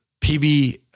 PB